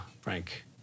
Frank